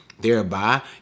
thereby